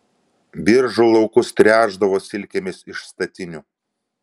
biržų laukus tręšdavo silkėmis iš statinių